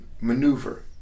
maneuver